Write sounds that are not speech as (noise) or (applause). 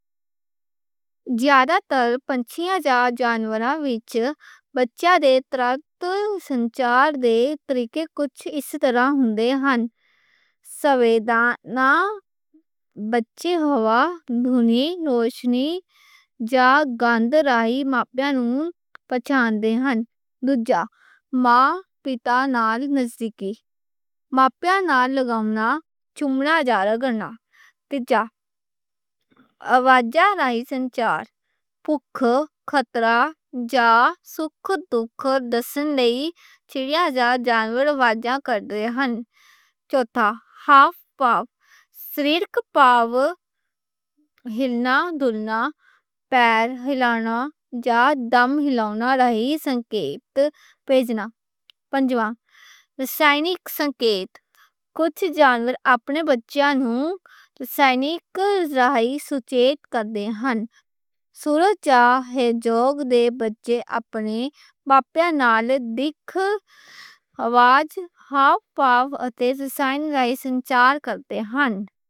زیادہ تر پنچھی یا جانوراں وچ بچیاں دے ترات (hesitation) سنچار دے طریقے کجھ اس طرح ہُندے ہن۔ سویدانا، (hesitation) بچے ہوا، دُھونی، نوشنی یا گند راہی ماپیاں نوں پہچان دے ہن۔ دوجا ماں پتا نال نزدیکی، ماپیاں نال لگاؤنا، چُمنّا جا گرنا۔ تیجا آوازاں راہی سنچار، پکھ، خطرہ، جا، سکھ، دُکھ، دسن لئی چڑیا یا جانور واجا کر دے ہن۔ چوٹھا، ہاتھ پاؤں، سریرک بھاؤ، (hesitation) ہِلنا، دُھونا، پیر ہلانا جا دم ہلاونا راہی سنکیت پیجنا۔ پنجواں، رسائنک سنکیت، کجھ جانور اپنے بچیاں نوں رسائنک راہی سُچیت کر دے ہن۔ سرچّا، اے جوگ دے بچے اپنے ماپیاں نال دِکھ آواز، ہاتھ پاؤں اتے رسائن راہی سنچار کر دے ہن۔